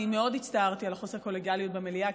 אני מאוד הצטערתי על חוסר הקולגיאליות במליאה.